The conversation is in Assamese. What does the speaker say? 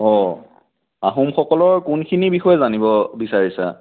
অঁ আহোমসকলৰ কোনখিনি বিষয় জানিব বিচাৰিছা